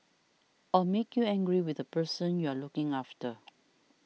or make you angry with the person you're looking after